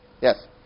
Yes